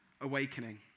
awakening